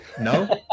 No